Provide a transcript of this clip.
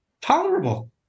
tolerable